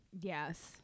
yes